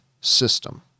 system